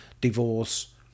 divorce